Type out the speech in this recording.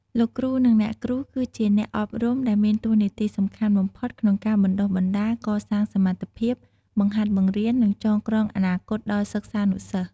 លោកគ្រូ និងអ្នកគ្រូ គឺជាអ្នកអប់រំដែលមានតួនាទីសំខាន់បំផុតក្នុងការបណ្តុះបណ្តាល កសាងសមត្ថភាព បង្ហាត់បង្រៀន និងចងក្រងអនាគតដល់សិស្សានុសិស្ស។